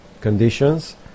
conditions